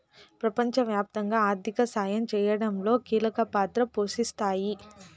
ప్రపంచవ్యాప్తంగా ఆర్థిక సాయం చేయడంలో కీలక పాత్ర పోషిస్తాయి